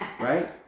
Right